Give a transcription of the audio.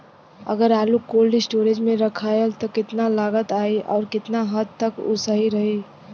अगर आलू cold storage में रखायल त कितना लागत आई अउर कितना हद तक उ सही रही?